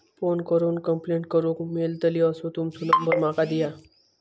Phone करून complaint करूक मेलतली असो तुमचो नंबर माका दिया?